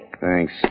Thanks